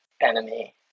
enemy